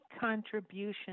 contribution